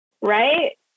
Right